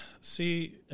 see